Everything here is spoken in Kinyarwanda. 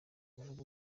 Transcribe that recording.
kuvuga